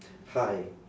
hi